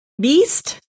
beast